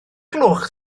gloch